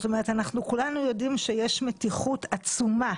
זאת אומרת, כולנו יודעים שיש מתיחות עצומה